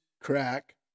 crack